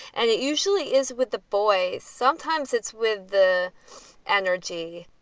and it usually is with the boys. sometimes it's with the energy.